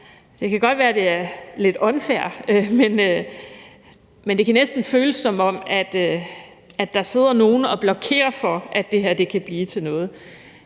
Det kan godt være, at det er lidt unfair at sige det sådan, men det kan næsten føles, som om der sidder nogen og blokerer for, at det her kan blive til noget.